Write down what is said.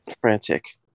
Frantic